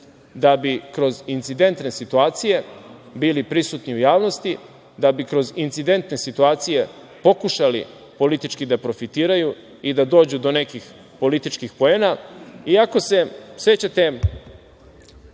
da bi kroz incidentne situacije bili prisutni u javnosti, da bi kroz incidentne situacije pokušali politički da profitiraju i da dođu do nekih političkih poena. Ako se sećate,